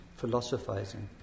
philosophizing